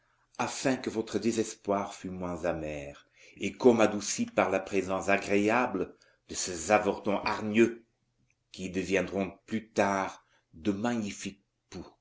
afin que votre désespoir fût moins amer et comme adouci par la présence agréable de ces avortons hargneux qui deviendront plus tard de magnifiques